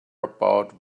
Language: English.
about